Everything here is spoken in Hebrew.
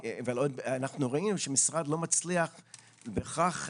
אבל אנחנו ראינו שהמשרד לא מצליח בהכרח,